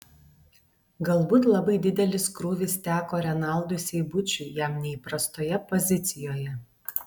galbūt labai didelis krūvis teko renaldui seibučiui jam neįprastoje pozicijoje